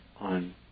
on